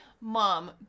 Mom